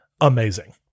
amazing